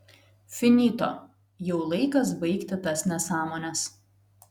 finito jau laikas baigti tas nesąmones